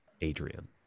Adrian